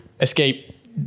escape